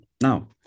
Now